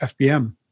FBM